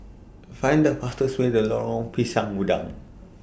Find The fastest Way The Lorong Pisang Udang